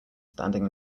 standing